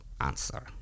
answer